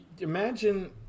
imagine